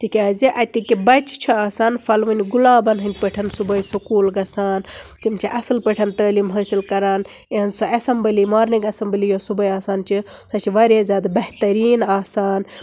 تِکیازِ اتِکۍ بچہٕ چھِ آسان پھلوٕنۍ گُلابن ہید پٲٹھۍ صبٲے سکوٗل گژھان تِم چھِ اصل پٲٹھۍ تٲلیٖم حٲصل کران اِہنٛز سُہ اسیمبلی مارننگ اسیمبلی یۄس صبحٲے آسان چھِ سۄ چھِ واریاہ زیادٕ بہتریٖن آسان